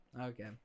Okay